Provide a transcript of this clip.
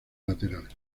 lateral